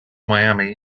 miami